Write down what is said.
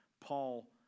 Paul